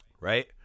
Right